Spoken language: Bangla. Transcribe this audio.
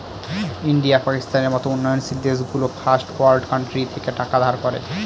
ইন্ডিয়া, পাকিস্তানের মত উন্নয়নশীল দেশগুলো ফার্স্ট ওয়ার্ল্ড কান্ট্রি থেকে টাকা ধার করে